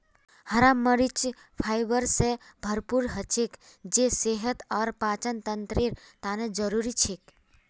हरा मरीच फाइबर स भरपूर हछेक जे सेहत और पाचनतंत्रेर तने जरुरी छिके